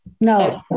No